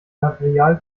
material